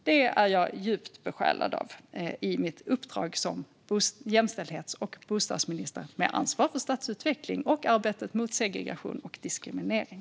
Detta är jag djupt besjälad av i mitt uppdrag som jämställdhets och bostadsminister med ansvar för stadsutveckling och arbetet mot segregation och diskriminering.